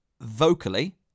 vocally